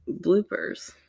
bloopers